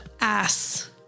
Ass